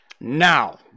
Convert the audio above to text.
Now